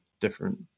different